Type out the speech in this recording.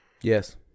Yes